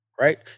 Right